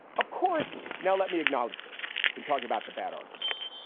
of course. now, let me acknowledge this. been talking about the bad arguments.